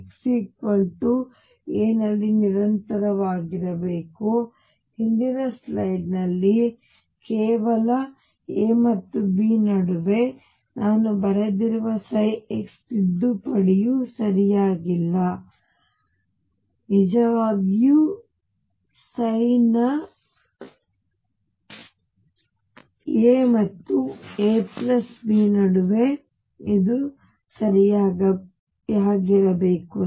ನಾವು x a ನಲ್ಲಿ ನಿರಂತರವಾಗಿರಬೇಕು ಹಿಂದಿನ ಸ್ಲೈಡ್ ನಲ್ಲಿ ಕೇವಲ a ಮತ್ತು b ನಡುವೆ ನಾನು ಬರೆದಿರುವ x ತಿದ್ದುಪಡಿಯು ಸರಿಯಾಗಿಲ್ಲ ಅದು ನಿಜವಾಗಿ ನ a ಮತ್ತು a b ನಡುವೆ ಇದೆ ಇದು ಸರಿಯಾಗಿರಬೇಕು